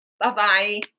Bye-bye